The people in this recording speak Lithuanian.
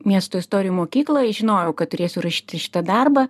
miesto istorijų mokykloj žinojau kad turėsiu rašyti šitą darbą